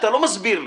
אתה לא מסביר לי.